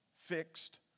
fixed